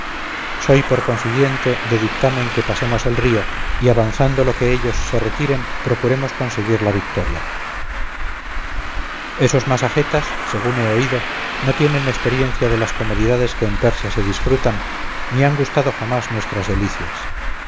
soy por consiguiente de dictamen que pasemos el río y avanzando lo que ellos se retiren procuremos conseguir la victoria esos masagetas según he oído no tienen experiencia de las comodidades que en persia se disfrutan ni han gustado jamás nuestras delicias